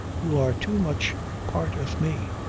you are too much part of me.